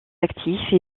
actifs